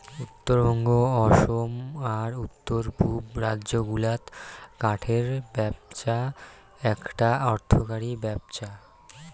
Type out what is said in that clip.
উত্তরবঙ্গ, অসম আর উত্তর পুব রাজ্য গুলাত কাঠের ব্যপছা এ্যাকটা অর্থকরী ব্যপছা